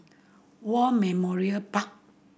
War Memorial Park